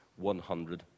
100